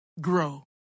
grow